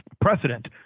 precedent